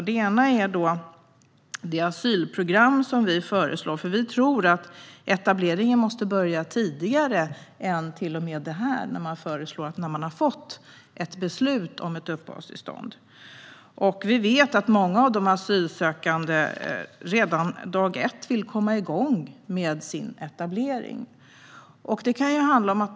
Det ena är det asylprogram som vi föreslår. Etableringen måste börja ännu tidigare än när man har fått ett beslut om uppehållstillstånd, vilket regeringen föreslår här. Vi vet att många asylsökande vill komma i gång med sin etablering redan dag ett.